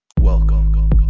welcome